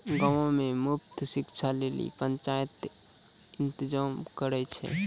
गांवो मे मुफ्त शिक्षा लेली पंचायत इंतजाम करै छै